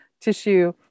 tissue